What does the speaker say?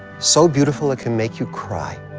so beautiful, it can make you cry.